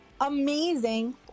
Amazing